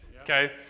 Okay